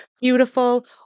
Beautiful